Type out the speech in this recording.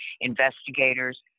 investigators